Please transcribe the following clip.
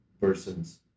persons